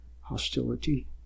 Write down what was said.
hostility